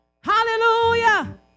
Hallelujah